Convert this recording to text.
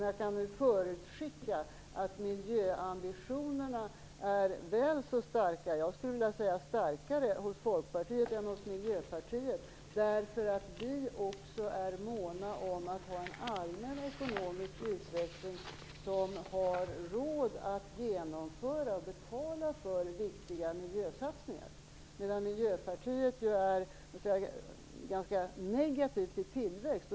Jag kan förutskicka att miljöambitionerna är väl så starka, jag skulle vilja säga starkare hos Folkpartiet än hos Miljöpartiet, därför att vi också är måna om att få en allmän ekonomisk utveckling som gör att vi har råd att genomföra och betala för viktiga miljösatsningar, medan Miljöpartiet ju är ganska negativt till tillväxt.